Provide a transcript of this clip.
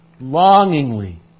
Longingly